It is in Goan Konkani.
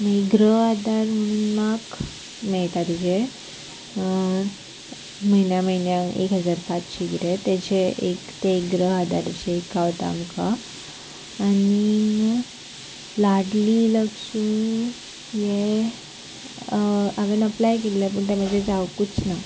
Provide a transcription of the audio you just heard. मागीर ग्रह आदार मम्माक मेळटा ताजे म्हयन्या म्हयन्यांक एक हजार पांचशी किदें ताजे एक ते एक ग्रह आदाराचे एक गावता आमकां आनींग लाडली लक्ष्मी हे हांवें अप्लाय केल्लें पूण तें म्हाजें जावकूच ना